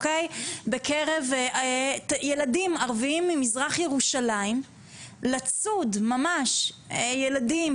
בקרב ילדים ערביים ממזרח ירושלים לצוד ממש ילדים,